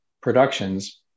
productions